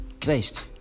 Christ